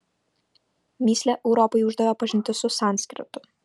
mįslę europai uždavė pažintis su sanskritu